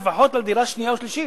לפחות על דירה שנייה או שלישית.